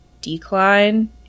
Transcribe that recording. decline